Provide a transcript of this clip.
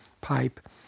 pipe